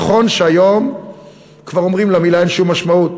נכון שהיום כבר אומרים: למילה אין שום משמעות,